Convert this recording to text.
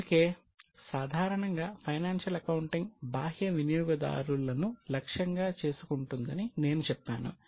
అందుకే సాధారణంగా financial accounting బాహ్య వినియోగదారులను లక్ష్యంగా చేసుకుంటుందని నేను చెప్పాను